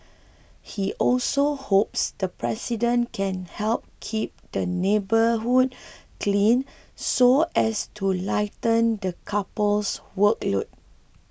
he also hopes the president can help keep the neighbourhood clean so as to lighten the couple's workload